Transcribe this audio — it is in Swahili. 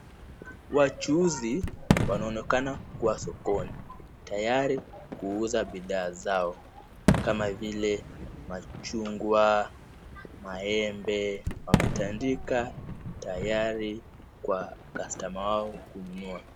Wachuuzi wanaonekana kuwa sokoni tayari kuuza bidhaa zao kama vile machungwa, maembe. Wametandika tayari kwa customer wao kununua.